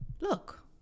Look